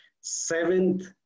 seventh